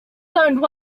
zoned